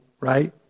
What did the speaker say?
right